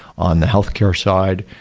on the healthcare side,